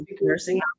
nursing